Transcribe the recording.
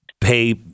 pay